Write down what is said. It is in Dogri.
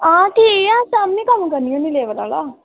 आं ठीक ऐं सैलरी कदूं करनी होनी लेबरै आह्ला